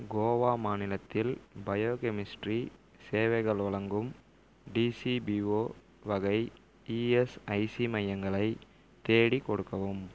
கோவா மாநிலத்தில் பயோகெமிஸ்ட்ரி சேவைகள் வழங்கும் டிசிபிஓ வகை இஎஸ்ஐசி மையங்களை தேடிக் கொடுக்கவும்